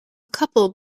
couple